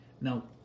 Now